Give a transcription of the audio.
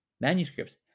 Manuscripts